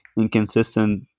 inconsistent